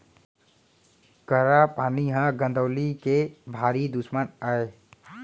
करा पानी ह गौंदली के भारी दुस्मन अय